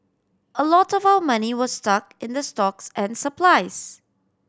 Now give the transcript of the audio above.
a lot of our money was stuck in the stocks and supplies